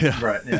Right